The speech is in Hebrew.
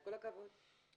כל הכבוד.